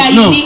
no